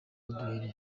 uduheri